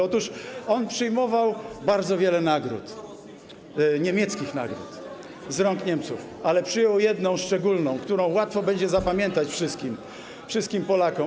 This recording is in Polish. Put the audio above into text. Otóż on przyjmował bardzo wiele nagród, niemieckich nagród, z rąk Niemców, ale przyjął jedną szczególną, którą łatwo będzie zapamiętać wszystkim Polakom.